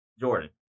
Jordan